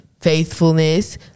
faithfulness